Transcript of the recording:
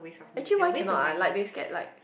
actually why cannot ah like they scared like